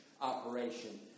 operation